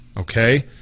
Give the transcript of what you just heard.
Okay